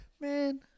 man